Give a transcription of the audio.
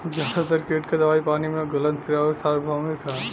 ज्यादातर कीट के दवाई पानी में घुलनशील आउर सार्वभौमिक ह?